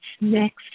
next